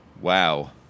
Wow